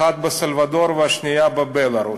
האחת באל-סלבדור והשנייה בבלרוס.